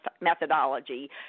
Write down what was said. methodology